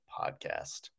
podcast